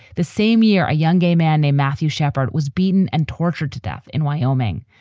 the same year a young gay man named matthew shepard was beaten and tortured to death in wyoming.